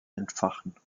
entfachen